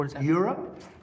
Europe